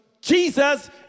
Jesus